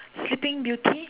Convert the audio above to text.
sleeping beauty